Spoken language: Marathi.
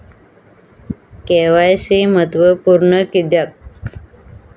के.वाय.सी महत्त्वपुर्ण किद्याक?